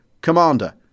Commander